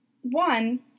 one